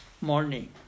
morning